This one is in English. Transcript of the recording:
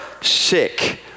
sick